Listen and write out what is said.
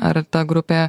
ar ta grupė